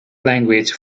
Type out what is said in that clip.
language